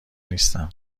نیستم